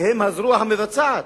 כי הם הזרוע המבצעת,